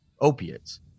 opiates